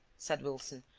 said wilson,